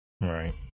right